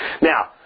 Now